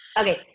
Okay